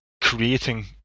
creating